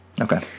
Okay